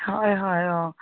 হয় হয় অঁ